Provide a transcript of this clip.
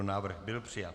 Návrh byl přijat.